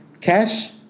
cash